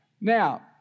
now